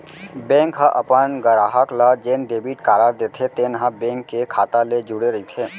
bank ह अपन गराहक ल जेन डेबिट कारड देथे तेन ह बेंक के खाता ले जुड़े रइथे